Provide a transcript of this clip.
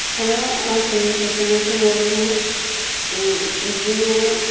hello آپ Swiggy customer سے بول رہے ہیں جی میں